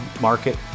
market